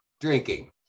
drinking